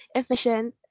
efficient